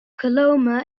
coloma